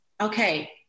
Okay